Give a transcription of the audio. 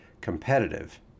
competitive